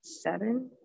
seven